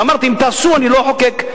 ואמרתי: אם תעשו אני לא אחוקק.